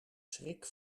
schrik